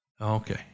Okay